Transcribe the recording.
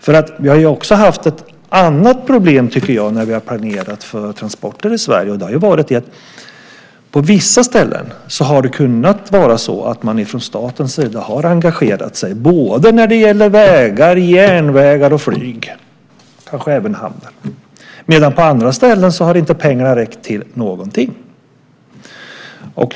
Jag tycker att vi också har haft ett annat problem när vi har planerat för transporter i Sverige, och det har varit att staten på vissa ställen har engagerat sig både när gäller vägar, järnvägar och flyg, och kanske även hamnar, men på andra ställen har inte pengarna räckt till någonting.